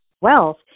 Wealth